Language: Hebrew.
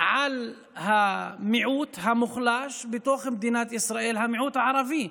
על המיעוט המוחלש בתוך מדינת ישראל, המיעוט הערבי,